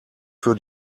für